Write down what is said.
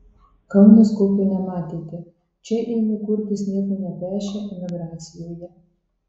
kaunas kokio nematėte čia ėmė kurtis nieko nepešę emigracijoje